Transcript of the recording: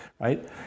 right